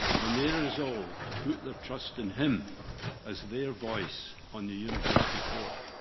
when there is all to put their trust in him as their voice on the university court.